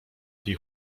tej